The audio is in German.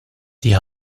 die